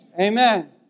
Amen